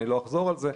לא אחזור על זה.